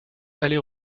aller